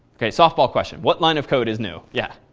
ok, soft ball question. what line of code is new? yeah?